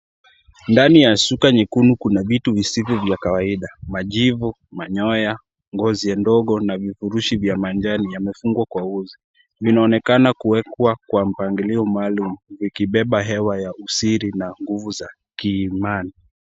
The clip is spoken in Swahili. Ndani ya shuka nyekundu, kuna vitu visivyo vya kawaida. Majivu, manyoya, ngozi ndogo na vifurushi vya manjano zimefungwa kwa uzi. Inaonekana kuwekwa kwa mpangilio maalum, vikibeba hewa ya usiri na nguvu za kiimani.